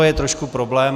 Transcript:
To je trošku problém.